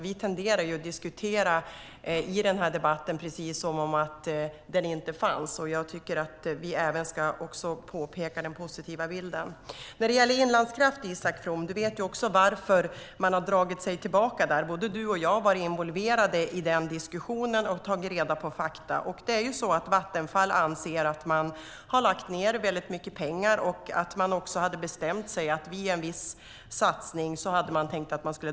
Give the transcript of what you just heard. Vi tenderar att diskutera som om detta inte fanns, och jag tycker att vi också ska framhålla det positiva i bilden. När det gäller Inlandskraft vet också Isak From varför man har dragit sig tillbaka. Både du och jag har varit involverade i den diskussionen och tagit reda på fakta. Vattenfall anser att man har lagt ned väldigt mycket pengar. Man hade också bestämt sig för att dra sig tillbaka vid en viss satsning.